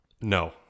No